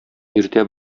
иртә